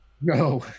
No